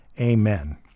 Amen